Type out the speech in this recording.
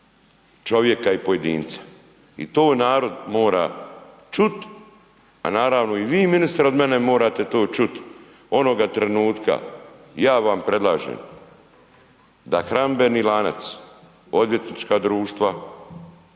čovjeka i pojedinca. I to narod mora čuti a naravno i vi ministre od mene morate to čuti onoga trenutka ja vam predlažem da hranidbeni lanac odvjetnička društva,